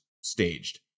staged